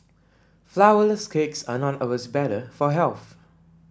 flourless cakes are not always better for health